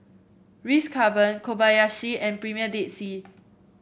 Ritz Carlton Kobayashi and Premier Dead Sea